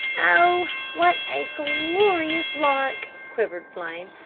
oh, what a glorious lark! quivered flame.